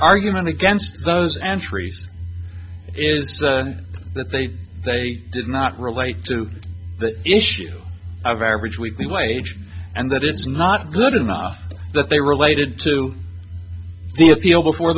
argument against those and three is that they they did not relate to the issue of average weekly wage and that it's not good enough that they related to the appeal before